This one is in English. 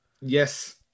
yes